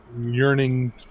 yearning